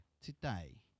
today